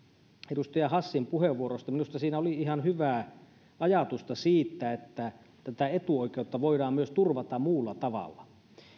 edustaja hassin puheenvuorosta minusta siinä oli ihan hyvää ajatusta siitä että tätä etuoikeutta voidaan turvata myös muulla tavalla